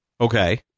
Okay